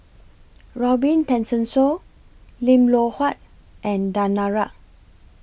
Robin Tessensohn Lim Loh Huat and Danaraj